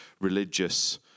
religious